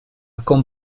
con